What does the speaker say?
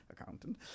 accountant